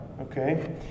Okay